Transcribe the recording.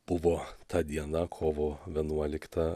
buvo ta diena kovo vienuolikta